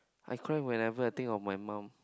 I cry whenever I think of my mum